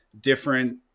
different